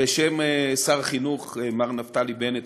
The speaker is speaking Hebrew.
בשם שר החינוך נפתלי בנט,